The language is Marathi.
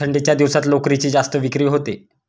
थंडीच्या दिवसात लोकरीची जास्त विक्री होते